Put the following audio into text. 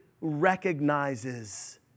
recognizes